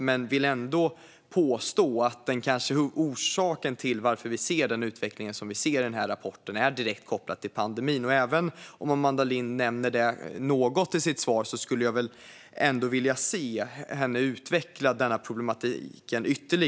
Men jag vill ändå påstå att den kanske viktigaste orsaken till att vi ser den utveckling som vi ser i rapporten är direkt kopplad till pandemin. Även om Amanda Lind nämner det något i sitt svar skulle jag vilja höra henne utveckla denna problematik ytterligare.